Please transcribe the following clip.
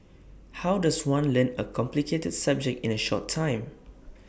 how does one learn A complicated subject in A short time